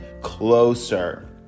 closer